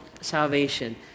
salvation